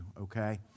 Okay